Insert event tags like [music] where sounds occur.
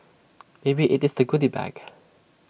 maybe IT is the goody bag [noise]